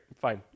fine